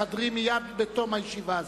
שאני אקבל אותם בחדרי מייד בתום הישיבה הזאת,